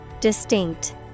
Distinct